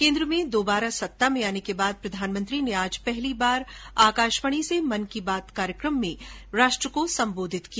केंद्र में दोबारा सत्ता में आने के बाद प्रधानमंत्री ने आज पहली बार मन की बात कार्यक्रम में राष्ट्र को संबोधित किया